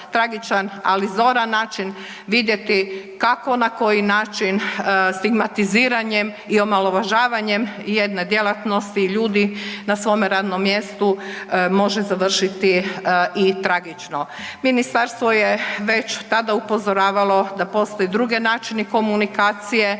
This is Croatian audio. ali zoran način vidjeti kako na koji način stigmatiziranjem i omalovažavanjem jedne djelatnosti i ljudi na svome radnom mjestu može završiti i tragično. Ministarstvo je već tada upozoravalo da postoje drugi načini komunikacije,